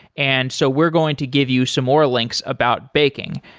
and so we're going to give you some more links about baking.